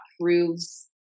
proves